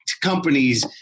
companies